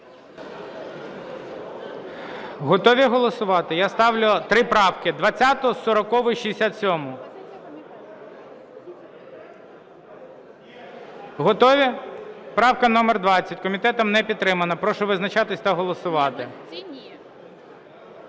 Готові голосувати? Я ставлю три правки: 20-у, 40-у і 67-у. Готові? Правка номер 20. Комітетом не підтримана. Прошу визначатись та голосувати.